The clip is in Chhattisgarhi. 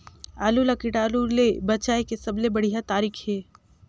आलू ला कीटाणु ले बचाय के सबले बढ़िया तारीक हे?